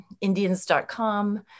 Indians.com